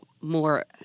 more